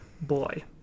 Boy